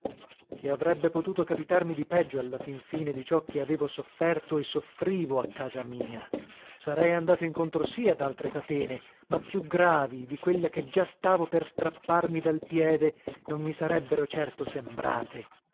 che avrebbe potuto capitarmi di peggio alla fin fine di ciò che avevo sofferto e soffrivo a casa mia sarei andato incontro sì ad altre catene ma più gravi di quella che già stavo per strapparmi dal piede non mi sarebbero certo sembrate